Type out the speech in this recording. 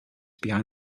behind